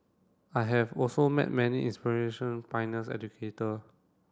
I have also met many inspiration pioneers educator